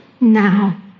Now